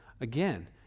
again